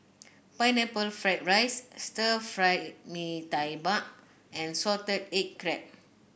Pineapple Fried Rice Stir Fry Mee Tai Mak and Salted Egg Crab